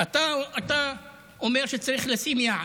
אתה אומר שצריך לשים יעד,